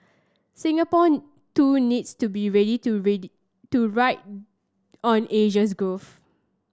Singapore too needs to be ready to ready to ride on Asia's growth